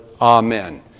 Amen